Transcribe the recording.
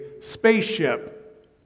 spaceship